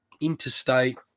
interstate